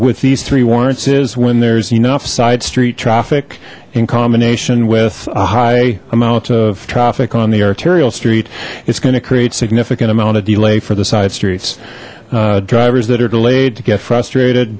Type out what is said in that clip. with these three warrants is when there's enough side street traffic in combination with a high amount of traffic on the arterial street it's going to create significant amount of delay for the side streets drivers that are delayed to get frustrated